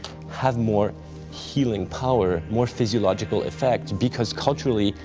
have more healing power, more physiological effects, because culturally,